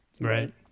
Right